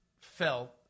felt